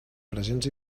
presents